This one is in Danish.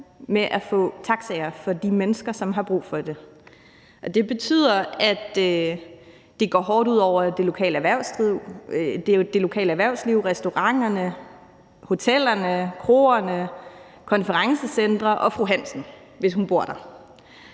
med at få taxaer for de mennesker, som har brug for det. Det betyder, at det går hårdt ud over det lokale erhvervsliv, restauranterne, hotellerne, kroerne konferencecentrene og fru Hansen – hvis hun bor der.